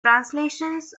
translations